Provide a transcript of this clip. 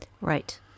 Right